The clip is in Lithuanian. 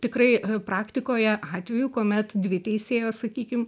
tikrai praktikoje atvejų kuomet dvi teisėjos sakykim